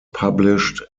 published